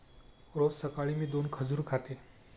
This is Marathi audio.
रोज सकाळी मी दोन खजूर खाते